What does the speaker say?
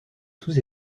sous